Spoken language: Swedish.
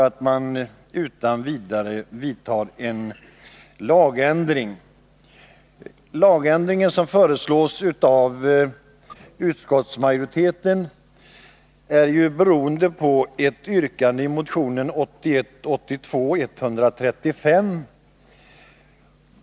Man brukar inte heller utan vidare vidta en lagändring. Den lagändring som föreslås av utskottsmajoriteten härrör från ett yrkande i motion 1981/82:135.